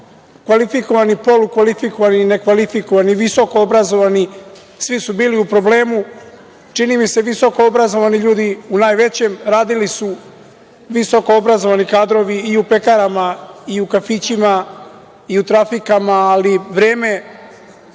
kvalifikovani, polu kvalifikovani, nekvalifikovani, visokoobrazovani, svi su bili u problemi. Čini mi se visokoobrazovani ljudi u najvećem. Radili su visokoobrazovani kadrovi i u pekarama, i u kafićima, i u trafikama, ali vreme